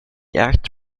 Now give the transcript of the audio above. act